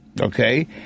okay